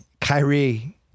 Kyrie